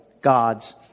God's